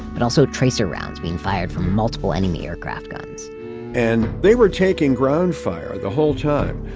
but also tracer rounds being fired from multiple enemy aircraft guns and they were taking ground fire the whole time,